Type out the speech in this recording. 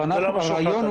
זה לא מה שהוחלט.